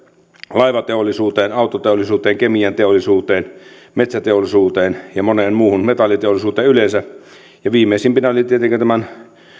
laivateollisuuteen autoteollisuuteen kemianteollisuuteen metsäteollisuuteen ja moneen muuhun metalliteollisuuteen yleensä ja viimeisimpinä ovat nyt tietenkin